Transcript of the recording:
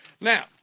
Now